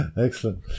Excellent